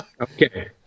Okay